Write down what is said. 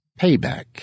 Payback